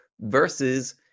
versus